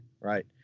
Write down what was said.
Right